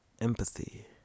empathy